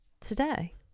today